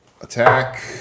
attack